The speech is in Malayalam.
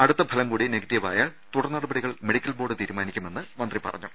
അടുത്ത ഫലം കൂടി നെഗറ്റീവായാൽ തുടർ നടപടികൾ മെഡിക്കൽ ബോർഡ് തീരുമാനിക്കുമെന്നും മന്ത്രി പറ ഞ്ഞു